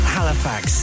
Halifax